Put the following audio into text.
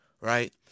Right